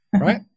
right